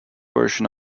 version